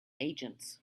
agents